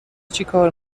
چیکار